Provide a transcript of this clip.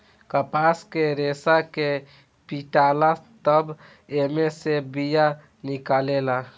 कपास के रेसा के पीटाला तब एमे से बिया निकलेला